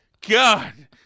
God